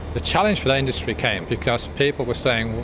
the challenge for the industry came because people were saying,